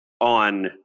on